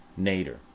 Nader